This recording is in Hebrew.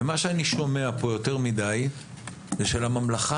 מה שאני שומע פה יותר מדיי זה שלממלכה